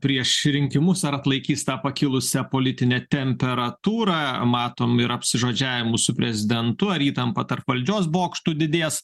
prieš rinkimus ar atlaikys tą pakilusią politinę temperatūrą matom ir apsižodžiavimus su prezidentu ar įtampa tarp valdžios bokštų didės